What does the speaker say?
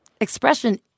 expression